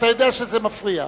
אתה יודע שזה מפריע.